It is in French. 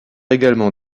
également